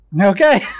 Okay